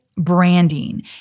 Branding